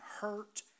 hurt